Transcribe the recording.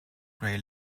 grey